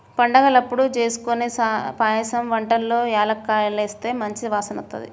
పండగలప్పుడు జేస్కొనే పాయసం వంటల్లో యాలుక్కాయాలేస్తే మంచి వాసనొత్తది